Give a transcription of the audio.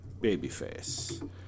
Babyface